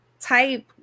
type